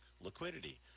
liquidity